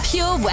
Pure